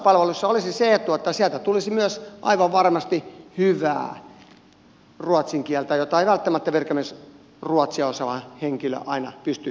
tulkkauspalvelussa olisi se etu että sieltä tulisi myös aivan varmasti hyvää ruotsin kieltä jota ei välttämättä virkamiesruotsia osaava henkilö aina pysty antamaan